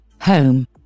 home